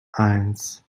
eins